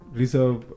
reserve